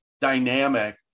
dynamic